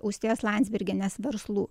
austėjos landsbergienės verslų